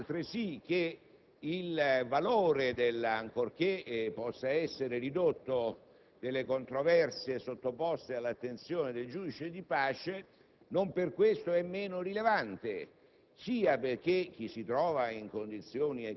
Il ministro Mastella converrà altresì sul fatto che il valore - ancorché possa essere ridotto - delle controversie sottoposte all'attenzione del giudice di pace non per questo è meno rilevante,